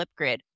Flipgrid